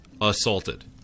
assaulted